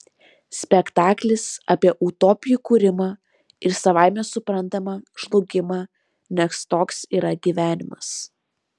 spektaklis apie utopijų kūrimą ir savaime suprantama žlugimą nes toks yra gyvenimas